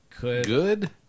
Good